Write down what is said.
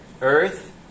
earth